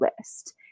list